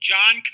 John